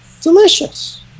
Delicious